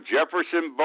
Jefferson